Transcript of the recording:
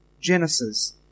Genesis